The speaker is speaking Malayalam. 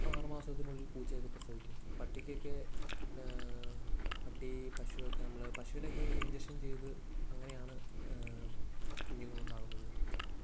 ആറു മാസത്തിനുള്ളിൽ പൂച്ചയൊക്കെ പ്രസവിക്കും പട്ടിക്കൊക്കെ പട്ടി പശു ഒക്കെ നമ്മൾ പശുവിനൊക്കെ ഇൻജക്ഷൻ ചെയ്തു അങ്ങനെയാണ് കുഞ്ഞുങ്ങളുണ്ടാകുന്നത്